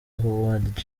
howard